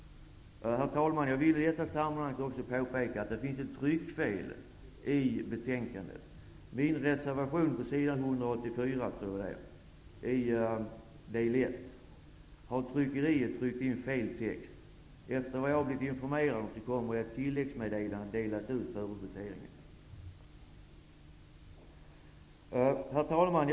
Herr talman! Jag vill i detta sammanhang påpeka att det finns ett tryckfel i betänkandet. I min reservation på s. 184 i del I har tryckeriet tryckt fel text. Efter vad jag har blivit informerad om kommer ett tilläggsmeddelande att delas ut före voteringen. Herr talman!